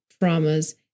traumas